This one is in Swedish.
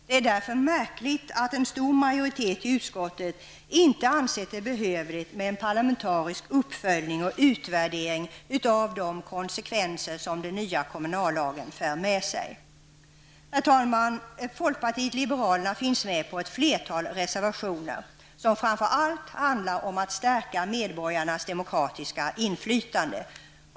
Det är därför märkligt att en stor majoritet i utskottet inte ansett det behövligt med en parlamentarisk uppföljning och utvärdering av de konsekvenser som den nya kommunallagen för med sig. Herr talman! Folkpartiet liberalerna finns med på ett flertal reservationer som framför allt handlar om att stärka medborgarnas demokratiska inflytande.